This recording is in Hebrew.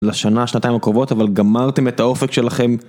לשנה השנתיים הקרובות אבל גמרתם את האופק שלכם